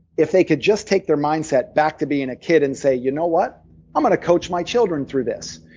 if they could just take their mindset back to being a kid and say, you know what i'm going to coach my children through this,